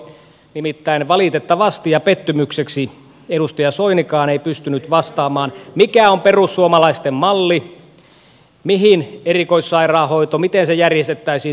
nimittäin valitettavasti ja pettymykseksi edustaja soinikaan ei pystynyt vastaamaan mikä on perussuomalaisten malli miten erikoissairaanhoito järjestettäisiin teidän mallissanne